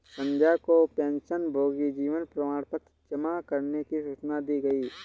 संध्या को पेंशनभोगी जीवन प्रमाण पत्र जमा करने की सूचना दी गई